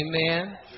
Amen